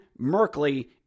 Merkley